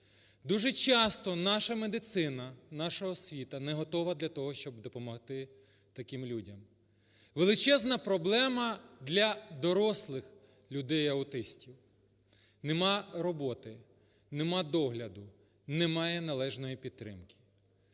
Дуже часто наша медицина, наша освіта не готова для того, щоб допомогти таким людям. Величезна проблема для дорослих людей аутистів: немає роботи, немає догляду, немає належної підтримки.